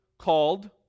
called